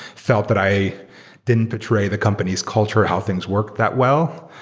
felt that i didn't betray the company's culture how things work that well,